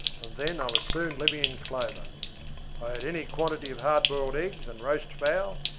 then i was soon living in clover. i had any quantity of hard-boiled eggs and roast fowl,